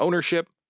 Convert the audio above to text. ownership,